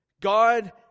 God